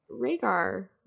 Rhaegar